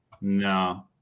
No